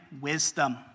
wisdom